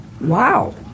Wow